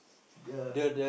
yeah